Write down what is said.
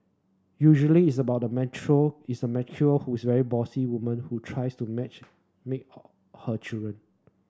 usually it's about the it's a who's a very bossy woman who tries to match make her her children